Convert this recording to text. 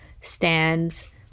stands